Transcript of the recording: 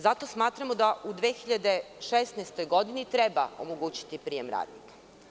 Zato smatramo da u 2016. godini treba omogućiti prijem radnika.